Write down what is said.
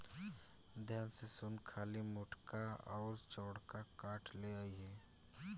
ध्यान से सुन खाली मोटका अउर चौड़का काठ ले अइहे